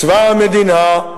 צבא המדינה,